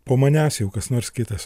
po manęs jau kas nors kitas